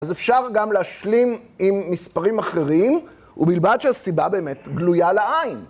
אז אפשר גם להשלים עם מספרים אחרים ובלבד שהסיבה באמת גלויה לעין.